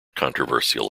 controversial